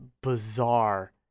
bizarre